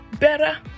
better